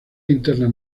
interna